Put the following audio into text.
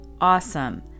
Awesome